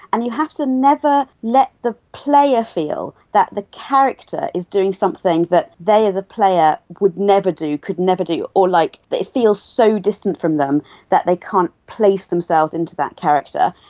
and you have to never let the player feel that the character is doing something that they as a player would never do, could never do, or like it feels so distant from them that they can't place themselves into that character.